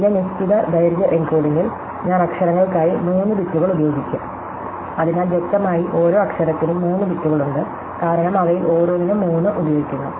ഇതിലെ നിശ്ചിത ദൈർഘ്യ എൻകോഡിംഗിൽ ഞാൻ അക്ഷരങ്ങൾക്കായി 3 ബിറ്റുകൾ ഉപയോഗിക്കും അതിനാൽ വ്യക്തമായി ഓരോ അക്ഷരത്തിനും 3 ബിറ്റുകൾ ഉണ്ട് കാരണം അവയിൽ ഓരോന്നിനും 3 ഉപയോഗിക്കുന്നു